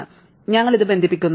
അതിനാൽ ഞങ്ങൾ ഇത് ബന്ധിപ്പിക്കുന്നു